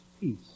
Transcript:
peace